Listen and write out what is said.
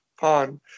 pond